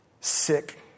sick